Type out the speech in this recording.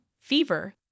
fever